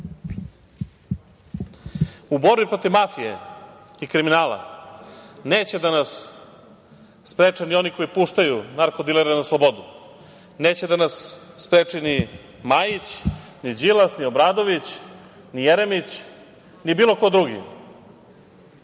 borbi protiv mafije i kriminala neće da nas spreče ni oni koji puštaju narkodilere na slobodu, neće da nas spreči ni Majić, ni Đilas, ni Obradović, ni Jeremić, ni bilo ko drugi